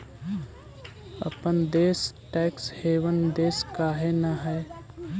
अपन देश tax haven देश काहे न हई?